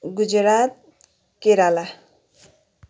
Gujarat Kerala